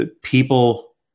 people